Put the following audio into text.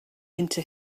into